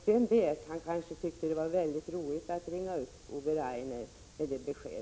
Vem vet, han kanske tyckte att det var mycket roligt att ringa upp Ove Rainer med detta besked.